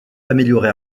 amélioré